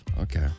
Okay